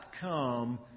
come